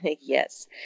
Yes